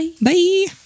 Bye